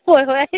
ꯍꯣꯏ ꯍꯣꯏ